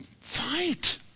Fight